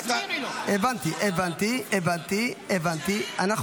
זאב אלקין לא פה?